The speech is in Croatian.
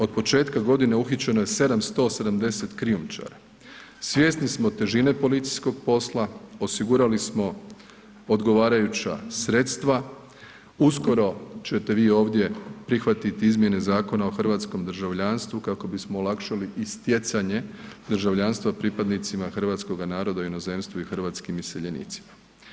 Od početka godine uhićeno je 770 krijumčara, svjesni smo težine policijskog posla, osigurali smo odgovarajuća sredstva, uskoro ćete vi ovdje prihvatiti izmjene Zakona o hrvatskom državljanstvu kako bismo olakšali i stjecanje državljanstva pripadnicima hrvatskoga naroda u inozemstvu i hrvatskim iseljenicima.